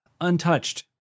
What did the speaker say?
untouched